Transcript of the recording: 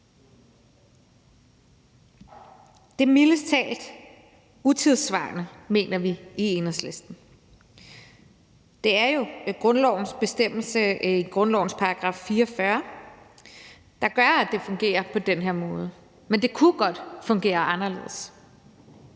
er mildest talt utidssvarende, mener vi i Enhedslisten. Det er jo grundlovens § 44, der gør, at det fungerer på den her måde, men det kunne godt fungere anderledes.